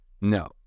No